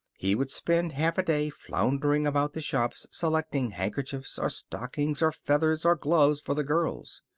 he would spend half a day floundering about the shops selecting handkerchiefs, or stockings, or feathers, or gloves for the girls.